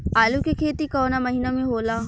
आलू के खेती कवना महीना में होला?